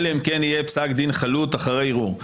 אלא אם כן יהיה פסק דין חלוט אחרי ערעור.